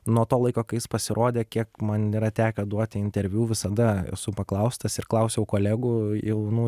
nuo to laiko kai jis pasirodė kiek man yra tekę duoti interviu visada esu paklaustas ir klausiau kolegų jaunų